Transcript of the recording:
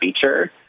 feature